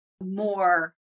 more